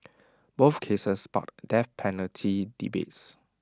both cases sparked death penalty debates